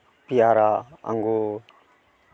ᱯᱮᱭᱟᱨᱟ ᱟᱸᱜᱩᱨ